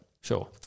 Sure